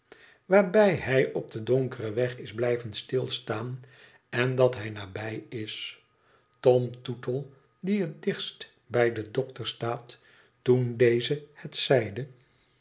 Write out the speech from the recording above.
waarbij hij op den donkeren weg is blijven stilstaan en dat hij nabij is tom tootle die het dichtst bij den dokter staat toen deze het zeide